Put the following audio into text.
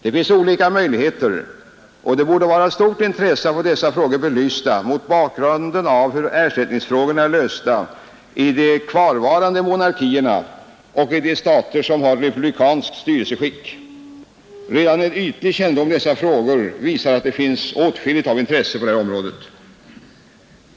Det finns olika möjligheter, och det borde vara av stort intresse att få dessa frågor belysta mot bakgrunden av hur ersättningsfrågorna är lösta i de kvarvarande monarkierna och i de stater som har republikanskt styrelseskick. Redan en ytlig kännedom om dessa frågor visar att här finns åtskilligt av intresse på detta område.